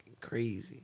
crazy